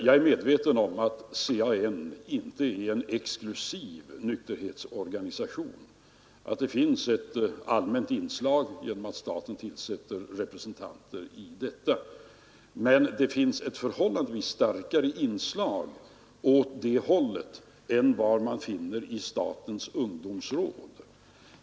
Jag är medveten om att CAN inte är en exklusiv nykterhetsorganisation och att det finns ett allmänt inslag genom att staten tillsätter representanter där, men det finns ett förhållandevis starkare sådant inslag än man finner i statens ungdomsråd.